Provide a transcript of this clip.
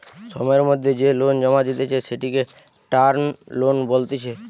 সময়ের মধ্যে যে লোন জমা দিতেছে, সেটিকে টার্ম লোন বলতিছে